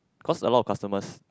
cause a lot of customers